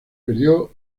perdió